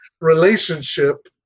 relationship